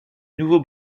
nouveau